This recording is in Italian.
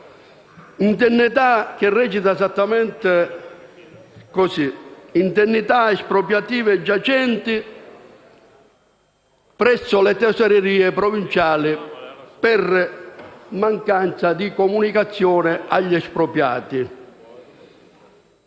indennità espropriative giacenti presso le tesorerie provinciali per mancanza di comunicazione agli espropriati.